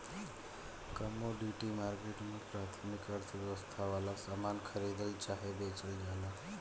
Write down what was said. commodity market में प्राथमिक अर्थव्यवस्था वाला सामान खरीदल चाहे बेचल जाला